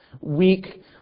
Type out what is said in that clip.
Weak